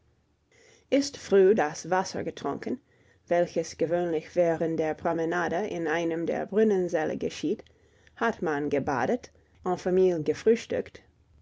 ist früh das wasser getrunken welches gewöhnlich während der promenade in einem der brunnensäle geschieht hat man gebadet en famille gefrühstückt